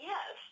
Yes